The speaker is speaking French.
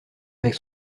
avec